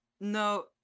No